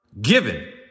given